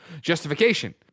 justification